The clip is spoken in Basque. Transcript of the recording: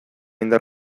indar